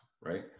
Right